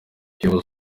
kiyovu